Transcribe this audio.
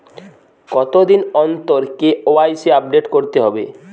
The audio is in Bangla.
কতদিন অন্তর কে.ওয়াই.সি আপডেট করতে হবে?